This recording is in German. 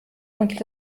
und